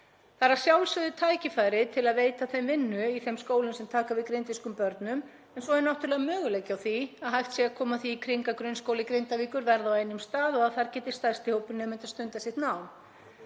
Það er að sjálfsögðu tækifæri til að veita þeim vinnu í þeim skólum sem taka við grindvískum börnum en svo er náttúrlega möguleiki á því að hægt sé að koma því í kring að grunnskóli Grindavíkur verði á einum stað og að þar geti stærsti hópur nemenda stundað sitt nám.